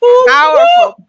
Powerful